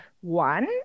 one